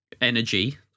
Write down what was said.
energy